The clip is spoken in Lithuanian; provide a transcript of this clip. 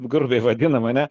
grubiai vadinam ane